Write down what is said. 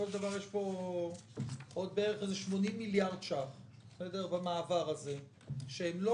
יש כאן עוד כ-80 מיליארד ש"ח במעבר הזה שהם לא